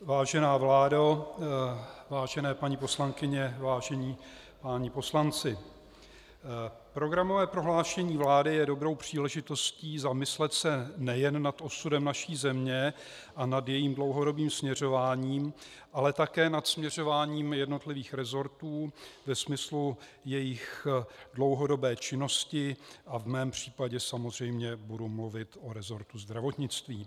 Vážená vládo, vážené paní poslankyně, vážení páni poslanci, programové prohlášení vlády je dobrou příležitostí zamyslet se nejen nad osudem naší země a nad jejím dlouhodobým směřováním, ale také nad směřováním jednotlivých resortů ve smyslu jejich dlouhodobé činnosti a v mém případě samozřejmě budu mluvit o resortu zdravotnictví.